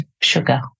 sugar